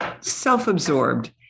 self-absorbed